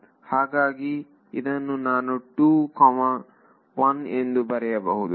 ಹಾಗಾಗಿ ಇದನ್ನು ನಾನು 2 ಕಾಮ 1 ಎಂದು ಬರೆಯಬಹುದು